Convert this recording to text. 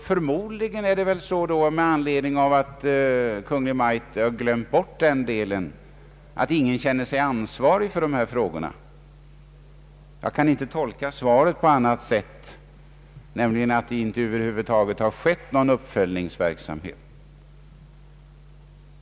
Eftersom Kungl. Maj:t glömt bort denna del, är det förmodligen så att ingen känner sig ansvarig för dessa frågor. Jag kan inte tolka svaret på annat sätt än att det över huvud taget inte förekommit någon uppföljningsverksamhet.